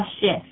shift